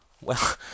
Well